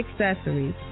Accessories